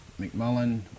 McMullen